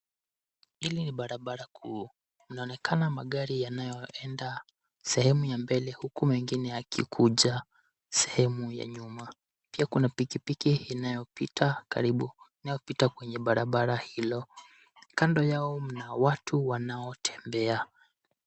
Hili ni barabara kuu, mnaonekana magari yanayoenda sehemu ya mbele, huku mengine yakikuja, sehemu ya nyuma, pia kuna pikipiki inayopita karibu, inayopita kwenye barabara hilo. Kando yao mna watu wanaotembea.